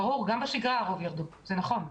גם בשגרה רוב הציונים יורדים לאחר השקלול.